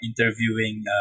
interviewing